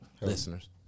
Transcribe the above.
Listeners